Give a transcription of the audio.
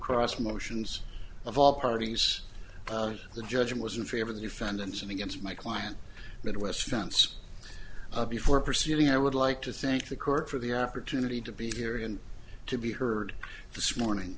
cross motions of all parties the judge was in favor of the defendants and against my client midwest fence before proceeding i would like to thank the court for the opportunity to be here and to be heard this morning